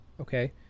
okay